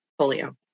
polio